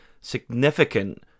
significant